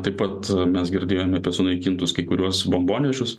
taip pat mes girdėjome apie sunaikintus kai kuriuos bombonešius